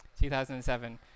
2007